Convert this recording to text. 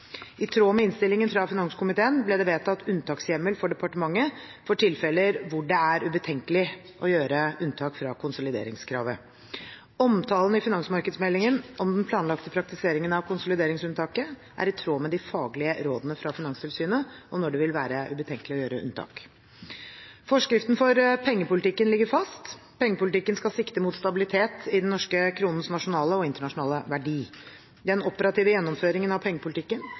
I tråd med innstillingen fra finanskomiteen ble det vedtatt unntakshjemmel for departementet for tilfeller hvor det er ubetenkelig å gjøre unntak fra konsolideringskravet. Omtalen i finansmarknadsmeldinga av den planlagte praktiseringen av konsolideringsunntaket er i tråd med de faglige rådene fra Finanstilsynet om når det vil være ubetenkelig å gjøre unntak. Forskriften for pengepolitikken ligger fast. Pengepolitikken skal sikte mot stabilitet i den norske kronens nasjonale og internasjonale verdi. Den operative gjennomføringen av pengepolitikken